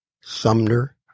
Sumner